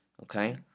Okay